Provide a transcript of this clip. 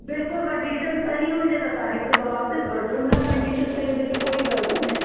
बिल्कुलु कंडीशन सही हुजे त तव्हां हिकु ॿ वापसि वठिजो न कंडीशन सही हुजे त कोई ॻाल्हि काने